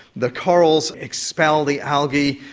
the corals expel the algae,